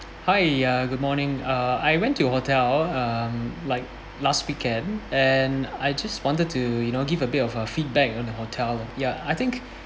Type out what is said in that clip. hi ya good morning uh I went to your hotel um like last weekend and I just wanted to you know give a bit of uh feedback on the hotel ya I think